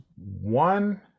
One